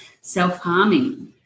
self-harming